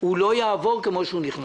הוא לא יעבור כמו שהוא נכנס.